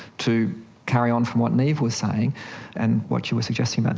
to carry on from what niamh was saying and what you were suggesting, but